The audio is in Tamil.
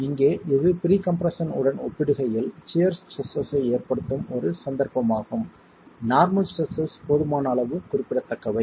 எனவே இங்கே இது ப்ரீ கம்ப்ரெஸ்ஸன் உடன் ஒப்பிடுகையில் சியர் ஸ்ட்ரெஸ் ஐ ஏற்படுத்தும் ஒரு சந்தர்ப்பமாகும் நார்மல் ஸ்ட்ரெஸ்ஸஸ் போதுமான அளவு குறிப்பிடத்தக்கவை